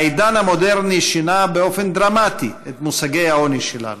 העידן המודרני שינה באופן דרמטי את מושגי העוני שלנו.